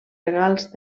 regals